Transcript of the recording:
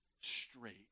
straight